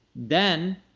then,